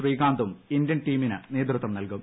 ശ്രീകാന്തും ഇന്ത്യൻ ടീമിന് നേതൃത്വം നൽകും